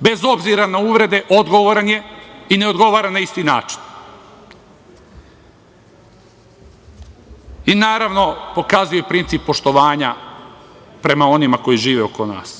Bez obzira na uvrede, odgovoran je i ne odgovara na isti način. Naravno, i pokazuje princip poštovanja prema onima koji žive oko nas.